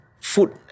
food